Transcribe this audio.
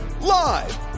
Live